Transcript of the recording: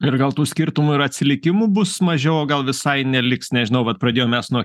ir gal tų skirtumų ir atsilikimų bus mažiau o gal visai neliks nežinau vat pradėjom mes nuo